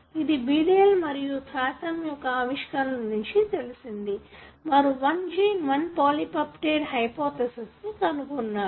ఇది బీడేల్ మరియు ఠాతుం యొక్క ఆవిష్కరణల నుండి తెలిసింది వారు one gene one polypeptide hypothesis ను కనుగొన్నారు